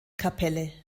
kapelle